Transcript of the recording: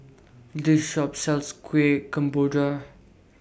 This Shop sells Kueh Kemboja